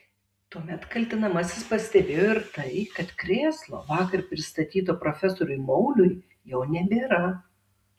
tuomet kaltinamasis pastebėjo ir tai kad krėslo vakar pristatyto profesoriui mauliui jau nebėra